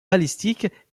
balistique